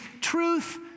truth